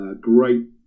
Great